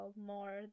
more